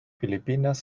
filipinas